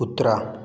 कुत्रा